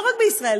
לא רק בישראל,